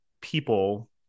people